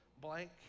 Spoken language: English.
blank